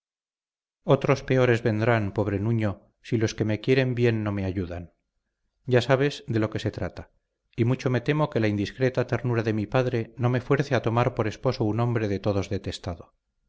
otros peores vendrán pobre nuño si los que me quieren bien no me ayudan ya sabes de lo que se trata y mucho me temo que la indiscreta ternura de mi padre no me fuerce a tomar por esposo un hombre de todos detestado